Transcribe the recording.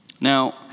Now